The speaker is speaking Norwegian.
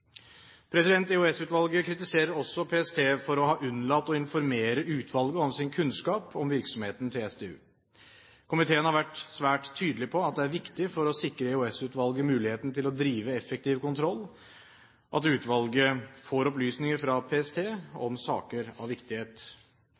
kritiserer også PST for å ha unnlatt å informere utvalget om sin kunnskap om virksomheten til SDU. Komiteen har vært svært tydelig på at for å sikre EOS-utvalget muligheten til å drive effektiv kontroll, er det viktig at utvalget får opplysninger fra PST